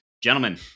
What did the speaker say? Gentlemen